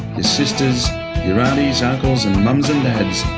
sisters, your aunties, uncles, and mums and dads,